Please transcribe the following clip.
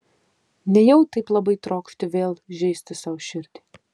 nejau taip labai trokšti vėl žeisti sau širdį